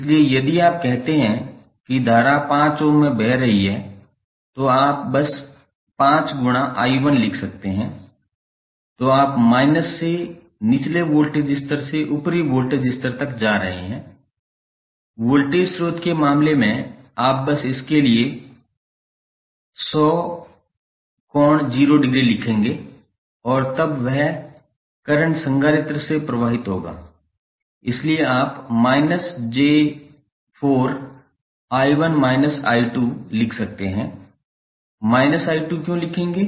इसलिए यदि आप कहते हैं कि धारा 5 ओम में बह रही है तो आप बस 5∗𝐼1 लिख सकते हैं तो आप minus से निचले वोल्टेज स्तर से ऊपरी वोल्टेज स्तर तक जा रहे हैं वोल्टेज स्रोत के मामले में आप बस इसके लिए 100∠0◦ लिखेंगे और तब यह करंट संधारित्र से प्रवाहित होगा इसलिए आप −j4 लिख सकते है I2 क्यों लिखेंगे